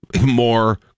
more